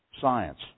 science